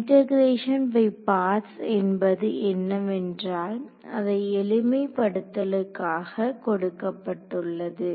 integration by parts என்பது என்னவென்றால் அதை எளிமைப்படுத்தலுக்காக கொடுக்கப்பட்டுள்ளது